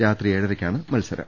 രാത്രി ഏഴരക്കാണ് മത്സരം